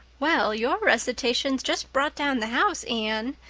well, your recitations just brought down the house, anne.